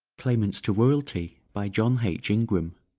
claimants to royalty. by john h. ingram.